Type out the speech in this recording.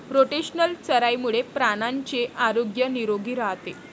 rotational चराईमुळे प्राण्यांचे आरोग्य निरोगी राहते